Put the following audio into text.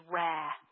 rare